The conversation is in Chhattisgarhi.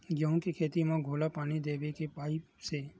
गेहूं के खेती म घोला पानी देबो के पाइप से?